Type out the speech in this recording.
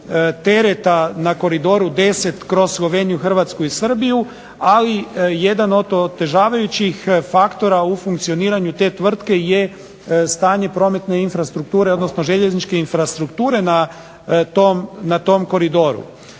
tereta na Koridoru X kroz Sloveniju, Hrvatsku i Srbiju, ali jedan od otežavajućih faktora u funkcioniranju te tvrtke je stanje prometne infrastrukture, odnosno željezničke infrastrukture na tom koridoru.